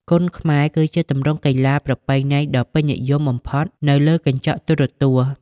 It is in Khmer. គុនខ្មែរ គឺជាទម្រង់កីឡាប្រពៃណីដ៏ពេញនិយមបំផុតនៅលើកញ្ចក់ទូរទស្សន៍។